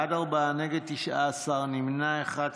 בעד, ארבעה, נגד, 19, נמנע אחד.